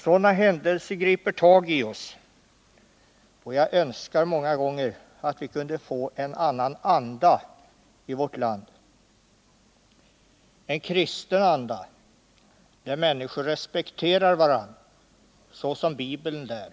Sådana händelser griper tag i oss, och jag önskar många gånger att vi kunde få en annan anda i vårt land: en kristen anda, där människor respekterar varandra såsom Bibeln lär.